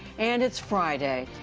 and it's friday.